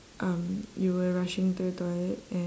um you were rushing to the toilet and